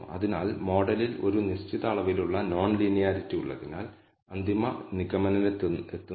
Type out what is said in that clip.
ഇതിനർത്ഥം നിങ്ങൾ സേവനത്തിനായി സമയമൊന്നും എടുത്തിട്ടില്ലാത്തതിനാൽ അതെ നിങ്ങൾ യൂണിറ്റുകളൊന്നും നന്നാക്കാത്തതിനാൽ